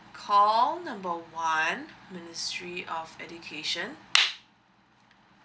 call number one ministry of education